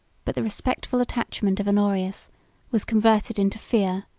but the respectful attachment of honorius was converted into fear,